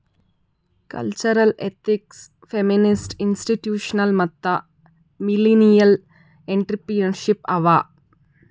cultural, ethnic, feminist, institutional ಮತ್ತ millennial entrepreneurship ಅವಾ